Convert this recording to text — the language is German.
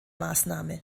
maßnahme